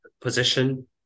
position